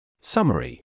Summary